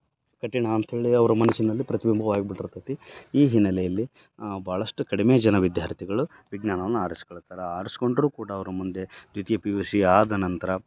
ಕಠಿಣ ಅಂತ್ಹೇಳಿ ಅವ್ರ ಮನಸಿನಲ್ಲಿ ಪ್ರತಿಬಿಂಬವಾಗ್ಬಿಟ್ರತೈತಿ ಈ ಹಿನ್ನಲೆಯಲ್ಲಿ ಭಾಳಷ್ಟು ಕಡಿಮೆ ಜನ ವಿದ್ಯಾರ್ಥಿಗಳು ವಿಜ್ಞಾನವನ್ನ ಆರಿಸ್ಕೊಳ್ತಾರೆ ಆರಿಸ್ಕೊಂಡ್ರು ಕೂಡ ಅವ್ರು ಮುಂದೆ ದ್ವಿತೀಯ ಪಿ ಯು ಸಿ ಆದ ನಂತರ